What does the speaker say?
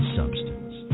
substance